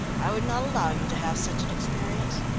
i would not allow you to have such an experience.